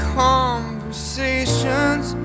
conversations